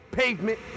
pavement